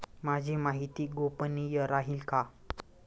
माझी माहिती गोपनीय राहील का?